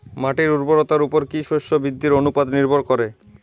মাটির উর্বরতার উপর কী শস্য বৃদ্ধির অনুপাত নির্ভর করে?